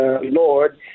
Lord